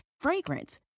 fragrance